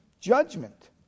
judgment